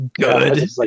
good